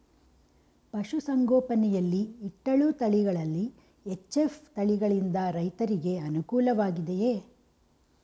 ಪಶು ಸಂಗೋಪನೆ ಯಲ್ಲಿ ಇಟ್ಟಳು ತಳಿಗಳಲ್ಲಿ ಎಚ್.ಎಫ್ ತಳಿ ಯಿಂದ ರೈತರಿಗೆ ಅನುಕೂಲ ವಾಗಿದೆಯೇ?